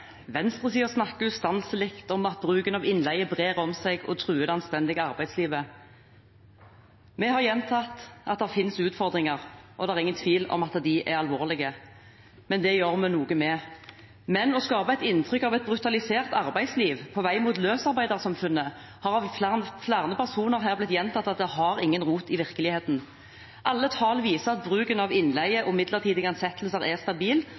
truer det anstendige arbeidslivet. Vi har gjentatt at det finnes utfordringer, og det er ingen tvil om at de er alvorlige, men det gjør vi noe med. Å skape et inntrykk av et brutalisert arbeidsliv på vei mot løsarbeidersamfunnet har av flere personer her blitt gjentatt at har ingen rot i virkeligheten. Alle tall viser at bruken av innleie og midlertidige ansettelser er stabil,